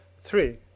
Three